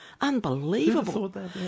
Unbelievable